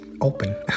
open